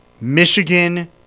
Michigan